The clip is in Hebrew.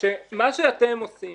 שמה שאתם עושים